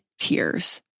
tears